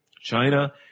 China